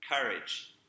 courage